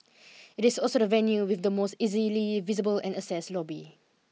it is also the venue with the most easily visible and accessed lobby